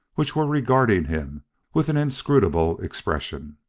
which were regarding him with an inscrutable expression.